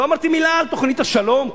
לא אמרתי מלה על תוכנית השלום,